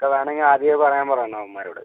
ഒക്കെ വേണമെങ്കിൽ ആദ്യമേ പറയാൻ പറയണം അവന്മാരോട്